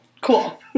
Cool